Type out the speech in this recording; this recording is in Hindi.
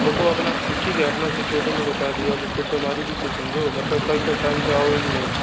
वह तो अपना ठीक है अपना सिचुएशन तो बता दिया आपको कुछ हमारी भी तो समझो मतलब कल सब टाइम से आओगे कि